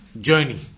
journey